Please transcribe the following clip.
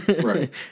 right